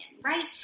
right